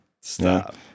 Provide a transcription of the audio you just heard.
Stop